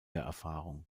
erfahrung